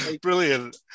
Brilliant